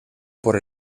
por